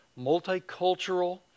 multicultural